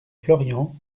florian